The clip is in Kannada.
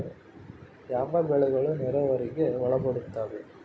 ಯಾವ ಬೆಳೆಗಳು ನೇರಾವರಿಗೆ ಒಳಪಡುತ್ತವೆ?